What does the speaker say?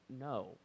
No